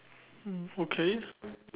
mm okay